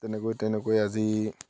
তেনেকৈ তেনেকৈ আজি